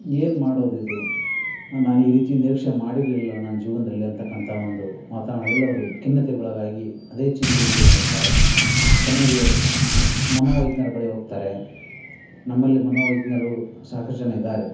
ಏನು ಮಾಡೋದಿದು ನಾನು ಈ ರೀತಿ ನಿರೀಕ್ಷೆ ಮಾಡಿರಲಿಲ್ಲ ನನ್ನ ಜೀವನದಲ್ಲಿ ಅಂತಕ್ಕಂತ ಒಂದು ವಾತಾವರಣದಲ್ಲಿ ಅವರು ಖಿನ್ನತೆಗೊಳಗಾಗಿ ಅದೇ ಚಿಂತೆಯಲ್ಲಿ ಮುಳುಗ್ತಾರೆ ಕೊನೆಗೆ ಮನೋವೈಜ್ಞರ ಬಳಿ ಹೋಗ್ತಾರೆ ನಮ್ಮಲ್ಲಿ ಮನೋ್ವೈಜ್ಞರು ಸಾಕಷ್ಟು ಜನ ಇದ್ದಾರೆ